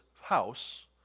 house